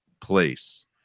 place